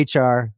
HR